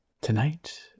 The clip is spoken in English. tonight